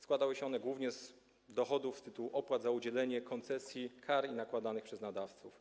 Składały się one głównie z dochodów z tytułu opłat za udzielenie koncesji i kar nakładanych na nadawców.